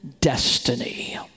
destiny